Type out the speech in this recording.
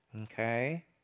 Okay